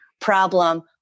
problem